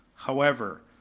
however,